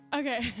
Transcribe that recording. Okay